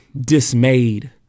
dismayed